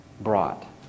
brought